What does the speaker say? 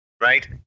right